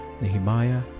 Nehemiah